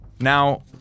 Now